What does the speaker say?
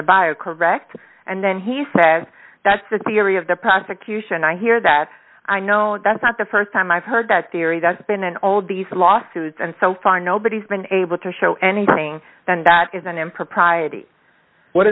else by a correct and then he said that's the theory of the prosecution i hear that i know that's not the st time i've heard that theory that's been in all these lawsuits and so far nobody's been able to show anything that is an impropriety what